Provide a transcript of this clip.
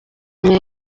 imwe